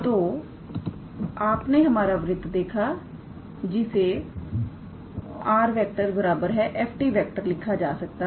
तो आपने हमारा वृत्त देखा जिसे 𝑟⃗𝑓⃗ लिखा जा सकता है